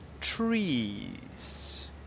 trees